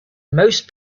most